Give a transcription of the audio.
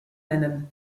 nennen